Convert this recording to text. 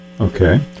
Okay